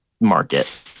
market